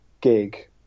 gig